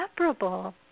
inseparable